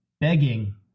begging